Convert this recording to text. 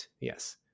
yes